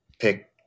pick